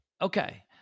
okay